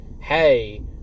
hey